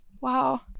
Wow